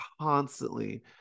constantly